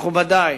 מכובדי,